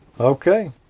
Okay